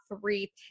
three